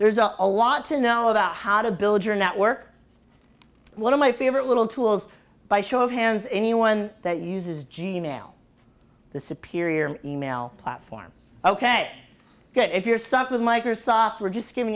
there's a lot to know about how to build your network one of my favorite little tools by show of hands anyone that uses g mail the superior email platform ok get if you're stuck with microsoft we're just giving